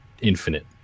Infinite